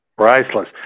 Priceless